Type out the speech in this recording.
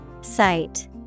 Site